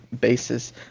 basis